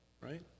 right